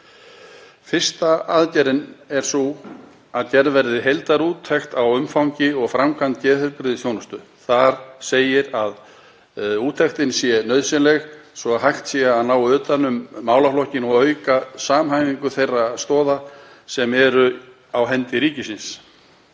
Fyrsta aðgerðin er sú að gerð verði heildarúttekt á umfangi og framkvæmd geðheilbrigðisþjónustu. Þar segir að úttektin sé nauðsynleg svo hægt sé að ná utan um málaflokkinn og að auka samhæfingu þeirra stoða sem eru á hendi ríkisins.